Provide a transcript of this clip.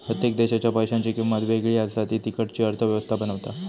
प्रत्येक देशाच्या पैशांची किंमत वेगळी असा ती तिकडची अर्थ व्यवस्था बनवता